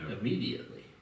immediately